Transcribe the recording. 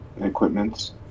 Equipments